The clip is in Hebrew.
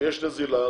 יש נזילה,